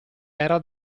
era